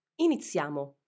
Iniziamo